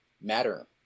matter